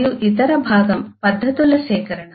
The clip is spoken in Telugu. మరియు ఇతర భాగం పద్ధతుల సేకరణ